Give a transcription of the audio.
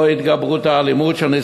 לא התגברות אלימות הנוער,